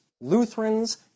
Lutherans